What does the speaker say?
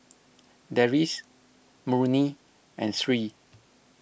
Deris Murni and Sri